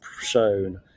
shown